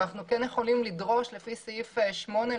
אבל אנחנו כן יכולים לדרוש לפי סעיף 8,